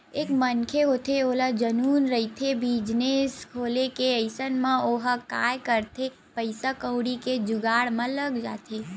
एक मनखे होथे ओला जनुन रहिथे बिजनेस खोले के अइसन म ओहा काय करथे पइसा कउड़ी के जुगाड़ म लग जाथे